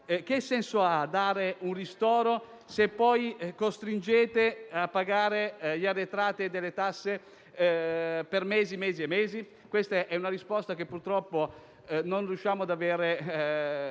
che senso ha dare un ristoro, se poi costringete a pagare gli arretrati delle tasse per mesi e mesi? Questa è una domanda alla quale non riusciamo ad avere